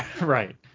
Right